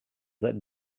that